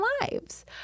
lives